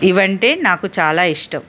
ఇవంటే నాకు చాలా ఇష్టం